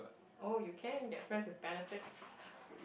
oh you can get friends with benefits